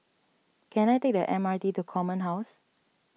can I take the M R T to Command House